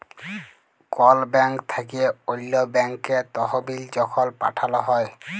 call bank থ্যাইকে অল্য ব্যাংকে তহবিল যখল পাঠাল হ্যয়